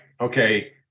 okay